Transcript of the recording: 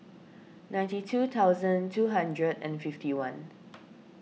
ninety two thousand two hundred and fifty one